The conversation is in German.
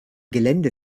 gelände